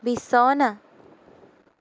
বিছনা